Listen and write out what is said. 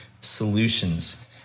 solutions